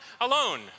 alone